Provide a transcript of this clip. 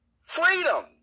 freedom